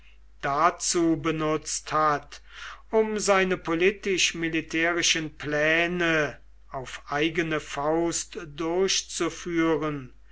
dazu benutzt hat um seine politisch militärischen pläne auf eigene faust durchzuführen